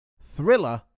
Thriller